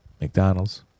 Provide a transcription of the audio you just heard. McDonald's